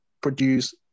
produce